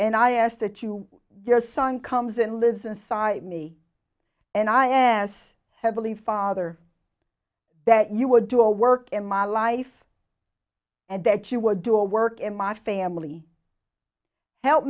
and i ask that you their son comes and lives inside me and i and heavily father that you would do a work in my life and that you would do a work in my family help